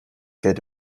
geld